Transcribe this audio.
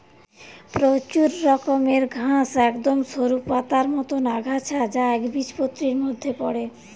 প্রচুর রকমের ঘাস একদম সরু পাতার মতন আগাছা যা একবীজপত্রীর মধ্যে পড়ে